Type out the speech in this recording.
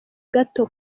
gato